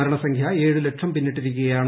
മരണസംഖ്യ ഏഴു ലക്ഷം പിന്നിട്ടിരിക്കുകയാണ്